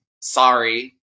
sorry